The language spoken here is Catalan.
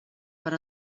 per